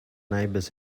neighbours